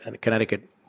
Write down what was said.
Connecticut